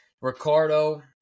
Ricardo